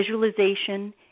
visualization